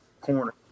corner